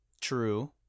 True